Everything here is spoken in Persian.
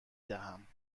دهم